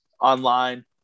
online